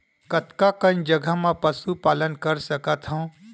कतका कन जगह म पशु पालन कर सकत हव?